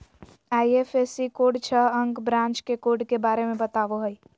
IFSC code छह अंक branch के कोड के बारे में बतावो हइ